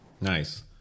Nice